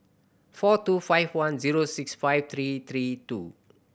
four two five one zero six five three three two